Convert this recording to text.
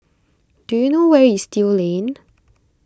do you know where is Still Lane